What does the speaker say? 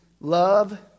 Love